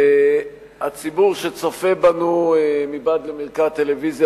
והציבור שצופה בנו מבעד למרקע הטלוויזיה